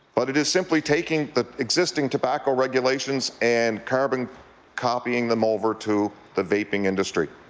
but it is simply taking the existing tobacco regulations and carbon copying them over to the vaping industry.